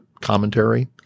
commentary